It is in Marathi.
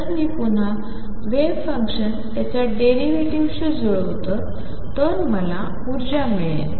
जर मी पुन्हा वेव्ह फंक्शन त्याच्या डेरिव्हेटिव्हशी जुळवतो तर मला ऊर्जा मिळेल